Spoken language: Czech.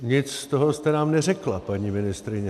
Nic z toho jste nám neřekla, paní ministryně.